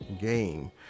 game